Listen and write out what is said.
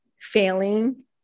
failing